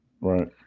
right